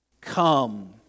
come